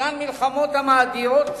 ישנן מלחמות המאדירות